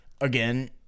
again